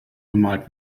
bemalt